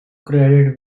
credit